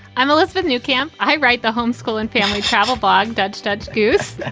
i'm elizabeth newcome. i write the home school and family travel blog. deadest excuse and